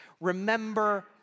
Remember